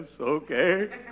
okay